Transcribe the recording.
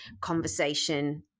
conversation